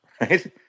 right